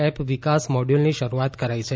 app વિકાસ મોડ્યુલની શરૂઆત કરાઇ છે